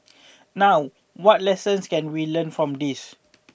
now what lessons can we learn from this